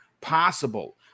possible